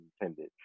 intended